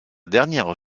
dernière